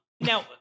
Now